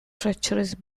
treacherous